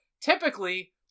Typically